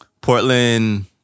Portland